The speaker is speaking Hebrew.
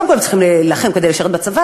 קודם כול הם צריכים להילחם כדי לשרת בצבא,